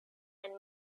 and